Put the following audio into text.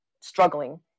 struggling